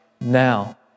now